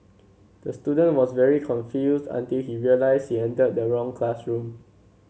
the student was very confused until he realised he entered the wrong classroom